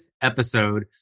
episode